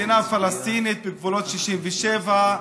מדינה פלסטינית בגבולות 67'